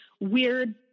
weird